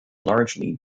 largely